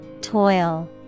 Toil